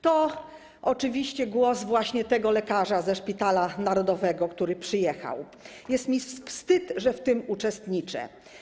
To oczywiście głos właśnie tego lekarza ze Szpitala Narodowego, który przyjechał: Jest mi wstyd, że w tym uczestniczę.